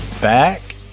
back